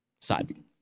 side